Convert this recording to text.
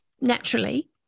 naturally